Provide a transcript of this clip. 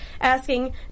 asking